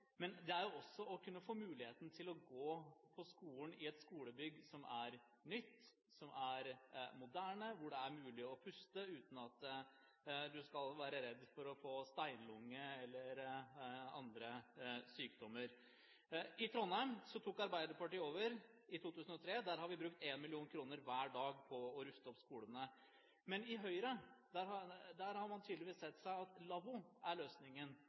Men det er også å kunne få muligheten til å gå på skolen i et skolebygg som er nytt, som er moderne, hvor det er mulig å puste uten at en skal være redd for å få steinlunge eller andre sykdommer. I Trondheim tok Arbeiderpartiet over i 2003. Der har vi brukt 1 mill. kr hver dag på å ruste opp skolene. I Høyre har man tydelig sett for seg at lavvo er løsningen.